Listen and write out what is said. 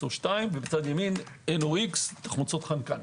ובצד ימין תחמוצות חנקן.